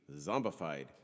Zombified